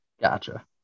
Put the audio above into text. Gotcha